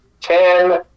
ten